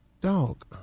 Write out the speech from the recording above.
dog